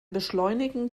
beschleunigen